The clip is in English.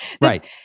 Right